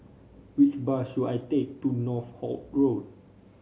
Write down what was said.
which bus should I take to Northolt Road